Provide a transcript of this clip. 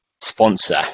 sponsor